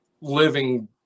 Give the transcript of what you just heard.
living